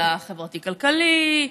על החברתי-כלכלי,